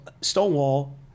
Stonewall